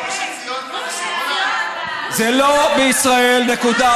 זה לא בישראל, נקודה.